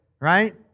Right